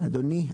אדוני,